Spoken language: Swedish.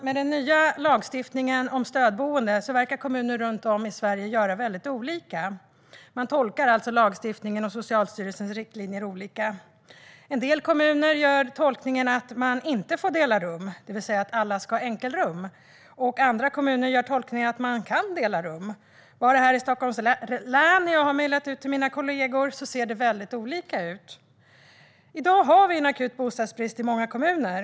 Med den nya lagstiftningen om stödboende verkar kommuner runt om i Sverige göra väldigt olika. Man tolkar alltså lagstiftningen och Socialstyrelsens riktlinjer olika. En del kommuner gör tolkningen att man inte får dela rum, det vill säga att alla ska ha enkelrum. Andra kommuner gör tolkningen att man kan dela rum. Bara här i Stockholms län - jag har mejlat mina kollegor - ser det väldigt olika ut. I dag är det en akut bostadsbrist i många kommuner.